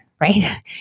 right